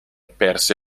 perse